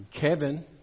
Kevin